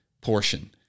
portion